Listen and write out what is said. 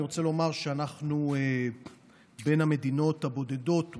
אני רוצה לומר שאנחנו בין המדינות הבודדות,